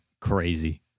crazy